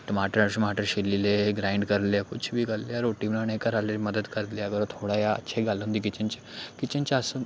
टमाटर शमाटर छिल्ली ले ग्राइंड करी लेआ कुछ बी करी लेआ रोटी बनाने घरै आह्ले मदद करी लेआ करी थोह्ड़ा जेहा अच्छी गल्ल होंदी किचन च किचन च अस